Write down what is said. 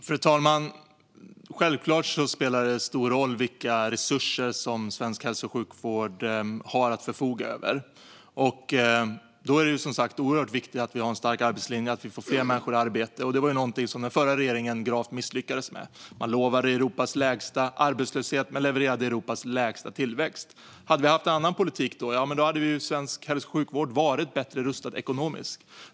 Fru talman! Självklart spelar det stor roll vilka resurser som svensk hälso och sjukvård har att förfoga över. Då är det som sagt oerhört viktigt att vi har en stark arbetslinje och får fler människor i arbete. Det var någonting som den förra regeringen gravt misslyckades med. Man lovade Europas lägsta arbetslöshet men levererade Europas lägsta tillväxt. Hade vi haft annan politik då hade svensk hälso och sjukvård varit bättre rustad ekonomiskt.